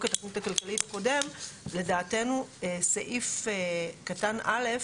לדעתי סעיף קטן (א)